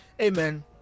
amen